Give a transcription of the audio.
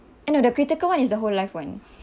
eh no the critical one is the whole life one